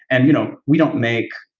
and you know we don't make